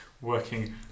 working